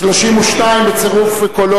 31 בעד,